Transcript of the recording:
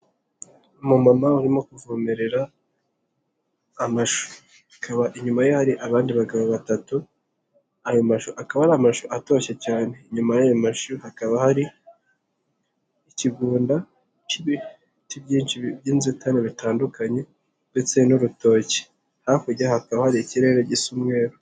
Umumama urimo kuvomerera amashu ,ikaba inyuma ye hari abandi bagabo batatu, ayo mashu akaba ari amashu atoshye cyane, inyuma yayo mashuri hakaba hari ikigunda, cy'ibiti byinshi by'inzitane bitandukanye ,ndetse n'urutoki .Hakurya haka hari ikirere gisa umweru.